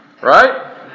Right